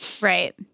Right